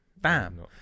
Bam